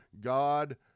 God